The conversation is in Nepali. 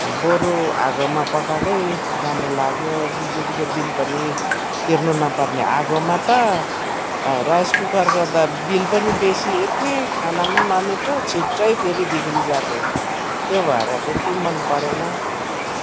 बरु आगोमा पकाकै राम्रो लाग्यो बिजुलीको बिल पनि तिर्नु नपर्ने आगोमा त राइस कुकरको त बिल पनि बेसी उठ्ने खाना पनि नमिठो छिटै फेरि बिग्रिजाने त्यो भएर त्यति मन परेन